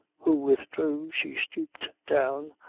who withdrew, she stooped down,